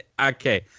okay